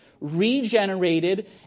regenerated